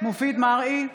מופיד מרעי,